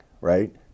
Right